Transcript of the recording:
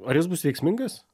ar jis bus veiksmingas